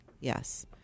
Yes